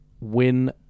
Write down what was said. win